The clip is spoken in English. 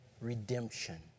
redemption